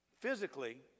Physically